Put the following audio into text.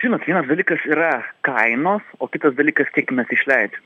žinot vienas dalykas yra kainos o kitas dalykas kiek mes išleidžiam